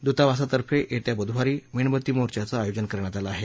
दूतावासातर्फे येत्या बुधवारी मेणबत्ती मोर्चाचं आयोजन करण्यात आलं आहे